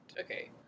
Okay